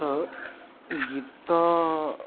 ତ ଗୀତ